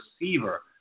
receiver